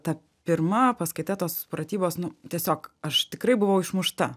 ta pirma paskaita tos pratybos nu tiesiog aš tikrai buvau išmušta